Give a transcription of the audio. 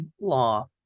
law